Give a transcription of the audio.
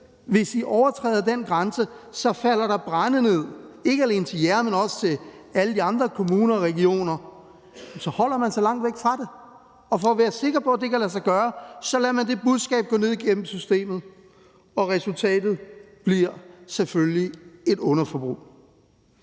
hvis I overtræder den grænse, så falder brænde ned, ikke alene til jer, men også til alle de andre kommuner og regioner, så holder man sig langt væk fra det, og for at være sikker på, at det kan lade sig gøre, lader man det budskab gå ned igennem systemet, og resultatet bliver selvfølgelig et underforbrug.